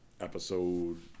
episode